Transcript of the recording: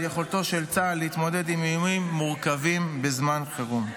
יכולתו של צה"ל להתמודד עם איומים מורכבים בזמן חירום.